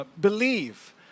believe